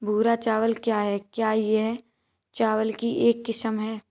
भूरा चावल क्या है? क्या यह चावल की एक किस्म है?